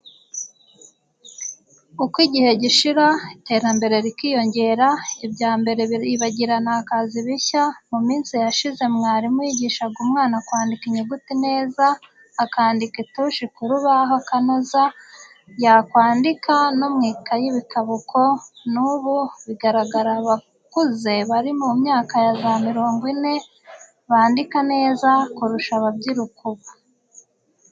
Uko igihe gishira, iterambere rikiyongera, ibya mbere biribagirana hakaza ibishya, mu minsi yashize mwarimu yigishaga umwana kwandika inyuguti neza, akandikisha itushi ku rubaho akanoza, yakwandika no mu ikayi bikaba uko, n'ubu biragaragara abakuze bari mu myaka ya za mirongo ine, bandika neza kurusha ababyiruka ubu.